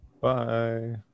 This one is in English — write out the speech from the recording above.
Bye